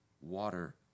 water